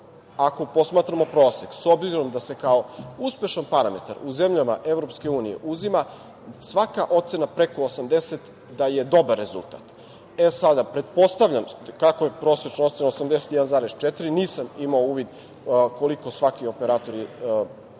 Ako posmatramo prosek, s obzirom da se kao uspešan parametar u zemljama EU uzima svaka ocena preko 80 da je dobar rezultat, sada, pretpostavljam kako je prosečna ocena 81,4, nisam imao uvid kako je ocenjen svaki operator, ali